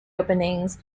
openings